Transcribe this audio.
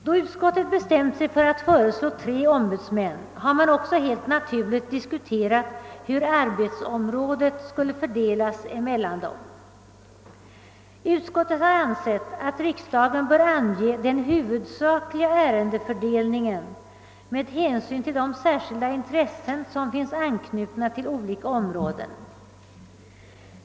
Då utskottet bestämt sig för att föreslå tre ombudsmän, har vi också helt naturligt diskuterat hur arbetsområdet skulle fördelas dem emellan. Utskottet har ansett att riksdagen bör ange den huvudsakliga ärendefördelningen med hänsyn till de särskilda intressen som finns anknutna till olika områden.